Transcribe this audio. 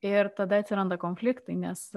ir tada atsiranda konfliktai nes